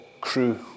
crew